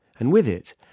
and with it,